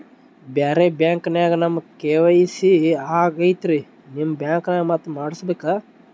ಬ್ಯಾರೆ ಬ್ಯಾಂಕ ನ್ಯಾಗ ನಮ್ ಕೆ.ವೈ.ಸಿ ಆಗೈತ್ರಿ ನಿಮ್ ಬ್ಯಾಂಕನಾಗ ಮತ್ತ ಮಾಡಸ್ ಬೇಕ?